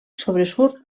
sobresurt